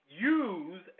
use